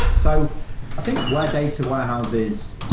so i think where data warehouse is,